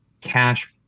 cash